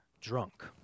drunk